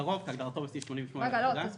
"קרוב" כהגדרתו בסעיף 88 לפקודה, תסביר.